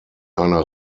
einer